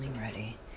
ready